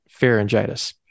pharyngitis